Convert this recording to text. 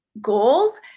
goals